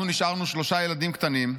אנחנו נשארנו שלושה ילדים קטנים,